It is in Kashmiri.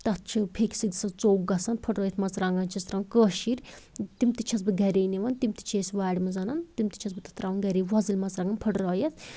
تَتھ چھِ پھٮ۪کہِ سۭتۍ سُہ ژوٚک گژھان پھُٹرٲیِتھ مَرژٕوانگَن چھِس تراوان کٲشِرۍ تِم تہِ چھَس بہٕ گرے نِوان تِم تہِ چھِ أسی وارِ منٛز اَنان تِم تہِ چھَس بہٕ تَتھ ترٛاوان گرے وۄزٕلۍ مرژٕوانگَن پھٕٹرٲیِتھ